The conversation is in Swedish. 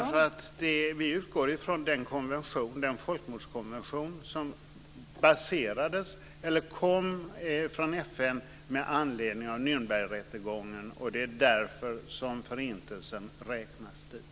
Fru talman! Vi utgår från den folkmordskonvention som kom från FN med anledning av Nürnbergrättegången. Det är därför som Förintelsen räknas dit.